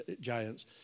giants